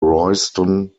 royston